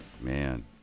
man